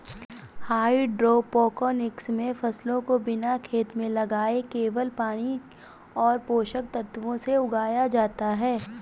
hydroponics मे फसलों को बिना खेत में लगाए केवल पानी और पोषक तत्वों से उगाया जाता है